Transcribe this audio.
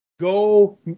Go